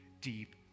deep